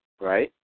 right